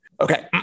okay